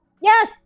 Yes